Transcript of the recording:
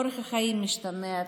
אורח החיים משתנה,